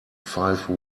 five